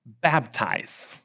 baptize